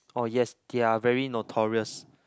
oh yes they are very notorious